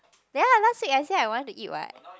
ya last week I say I want to eat what